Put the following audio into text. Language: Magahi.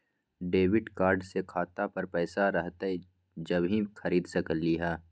डेबिट कार्ड से खाता पर पैसा रहतई जब ही खरीद सकली ह?